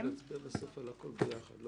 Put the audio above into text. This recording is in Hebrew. אנחנו נצביע בסוף על הכול יחד.